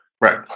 right